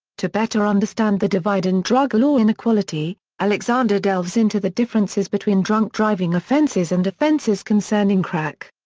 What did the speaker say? to better understand the divide in drug law inequality, alexander delves into the differences between drunk driving offenses and offenses concerning crack.